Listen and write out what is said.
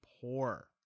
poor